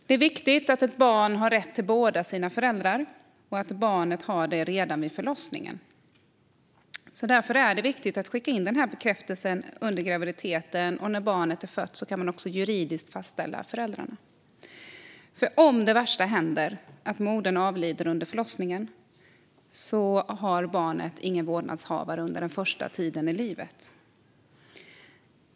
Det är viktigt att barnet har rätt till båda sina föräldrar och att det har det redan vid förlossningen. Därför är det viktigt att man skickar in bekräftelsen under graviditeten. När barnet är fött kan föräldrarna också fastställas juridiskt. Om det värsta skulle hända, att modern avlider under förlossningen, har barnet annars ingen vårdnadshavare under den första tiden i livet.